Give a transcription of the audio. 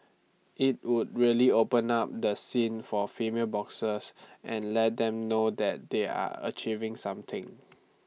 IT would really open up the scene for female boxers and let them know that they are achieving something